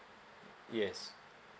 yes